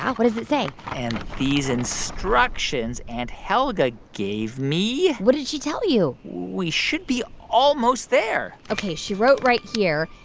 what does it say. and these instructions aunt helga gave me. what did she tell you. we should be almost there ok. she wrote right here,